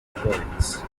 poets